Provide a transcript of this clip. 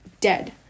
dead